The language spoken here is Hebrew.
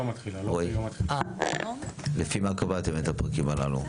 רועי, לפי מה קבעתם את הפרקים הללו?